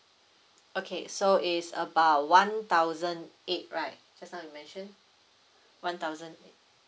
okay so is about one thousand eight right just now we mentioned one thousand eight